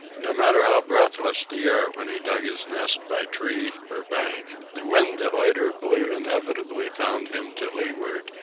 no matter how breathless the air when he dug his nest by tree or bank, the wind that later blew inevitably found him to leeward,